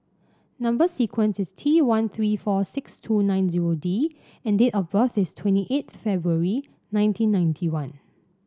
number sequence is T one three four six two nine zero D and date of birth is twenty eighth February nineteen ninety one